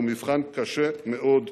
הוא מבחן קשה מאוד לשכנינו,